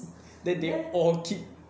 then they all keep